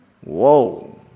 Whoa